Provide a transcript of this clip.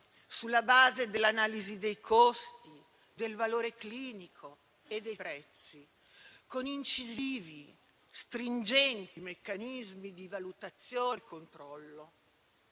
sulla base dell'analisi dei costi, del valore clinico e dei prezzi, con incisivi, stringenti meccanismi di valutazione e controllo.